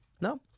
No